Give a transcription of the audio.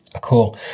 cool